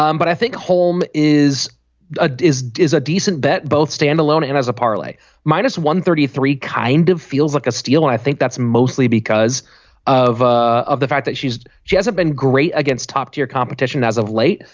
um but i think home is ah is is a decent bet both standalone and as a parlay minus one hundred and thirty three kind of feels like a steal and i think that's mostly because of of the fact that she's she hasn't been great against top tier competition as of late.